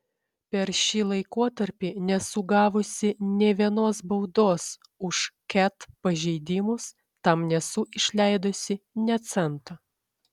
per šį laikotarpį nesu gavusi nė vienos baudos už ket pažeidimus tam nesu išleidusi nė cento